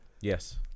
Yes